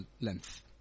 length